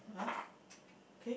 !huh! okay